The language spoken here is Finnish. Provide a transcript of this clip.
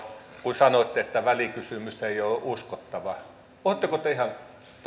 kun sanoitte että välikysymys ei ole uskottava oletteko te ihan